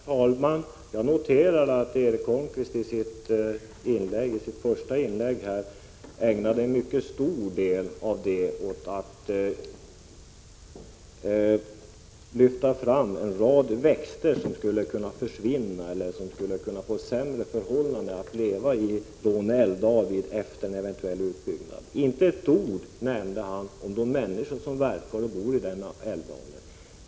Herr talman! Jag noterade att Erik Holmkvist ägnade en mycket stor delav 26 november 1986 sitt första inlägg åt att lyfta fram en rad växter i Råneälvdalen som skulle Jon Josam bochällnins försvinna eller få sämre förhållanden att leva i efter en eventuell utbyggnad. Inte ett ord nämnde han om de människor som verkar och bor i denna älvdal.